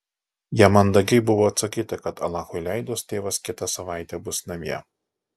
jam mandagiai buvo atsakyta kad alachui leidus tėvas kitą savaitę bus namie